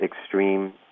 extreme